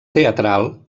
teatral